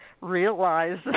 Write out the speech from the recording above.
realize